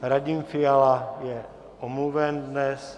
Radim Fiala je omluven dnes.